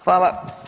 Hvala.